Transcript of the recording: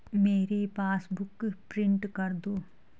मेरी passbook print कर दो